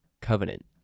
covenant